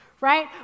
right